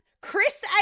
Chris